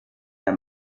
der